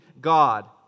God